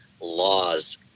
laws